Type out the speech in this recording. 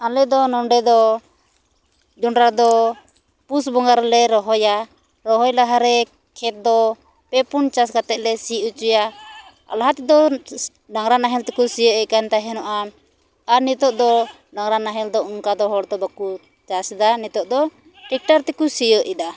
ᱟᱞᱮ ᱫᱚ ᱱᱚᱰᱮ ᱫᱚ ᱡᱚᱸᱰᱨᱟ ᱫᱚ ᱯᱩᱥ ᱵᱚᱸᱜᱟ ᱨᱮᱞᱮ ᱨᱚᱦᱚᱭᱟ ᱨᱚᱦᱚᱭ ᱞᱟᱦᱟ ᱨᱮ ᱠᱷᱮᱛ ᱫᱚ ᱯᱮ ᱯᱩᱱ ᱪᱟᱥ ᱠᱟᱛᱮᱫ ᱞᱮ ᱥᱤ ᱚᱪᱚᱭᱟ ᱞᱟᱦᱟ ᱛᱮᱫᱚ ᱰᱟᱝᱨᱟ ᱱᱟᱦᱮᱞ ᱛᱮᱠᱚ ᱥᱤᱭᱚᱜ ᱮᱫ ᱠᱟᱱ ᱛᱟᱦᱮᱸ ᱱᱚᱜᱼᱟ ᱟᱨ ᱱᱤᱛᱚᱜ ᱫᱚ ᱰᱟᱝᱨᱟ ᱱᱟᱦᱮᱞ ᱫᱚ ᱚᱱᱠᱟ ᱫᱚ ᱦᱚᱲ ᱠᱚ ᱵᱟᱠᱚ ᱪᱟᱥ ᱮᱫᱟ ᱱᱤᱛᱚᱜ ᱫᱚ ᱴᱮᱠᱴᱟᱨ ᱛᱮᱠᱚ ᱥᱤᱭᱚᱜ ᱮᱫᱟ